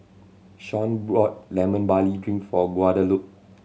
Sean bought Lemon Barley Drink for Guadalupe